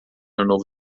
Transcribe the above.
novo